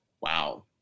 Wow